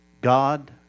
God